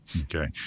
okay